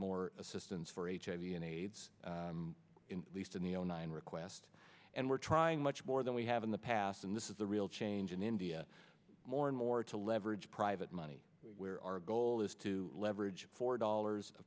more assistance for hiv and aids in least in the zero nine request and we're trying much more than we have in the past and this is a real change in india more and more to leverage private money where our goal is to leverage four dollars